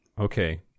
okay